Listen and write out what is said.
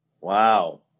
Wow